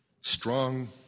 strong